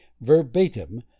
verbatim